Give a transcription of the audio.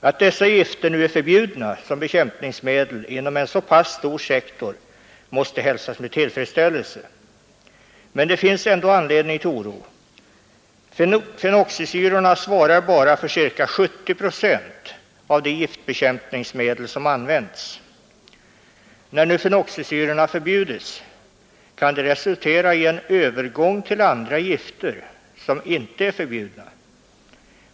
Att dessa gifter nu är förbjudna som bekämpningsmedel inom en så stor sektor måste hälsas med tillfredsställelse. Men det finns ändå anledning till oro. Fenoxisyrorna svarar för ca 70 procent av de giftbekämpningsmedel som används. När nu fenoxisyrorna förbjudits kan det resultera i en övergång till andra gifter som inte är förbjudna.